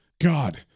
God